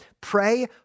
Pray